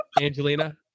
angelina